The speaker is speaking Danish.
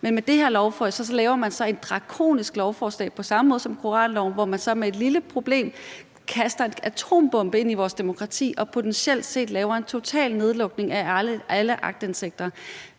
Men med det her lovforslag laver man et drakonisk lovforslag på samme måde som med koranloven, hvor man for at løse et lille problem kaster en atombombe ind i vores demokrati og potentielt set laver en total nedlukning af alle aktindsigter